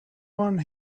one